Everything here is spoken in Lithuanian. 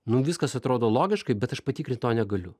nu viskas atrodo logiškai bet aš patikrint to negaliu